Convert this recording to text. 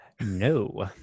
No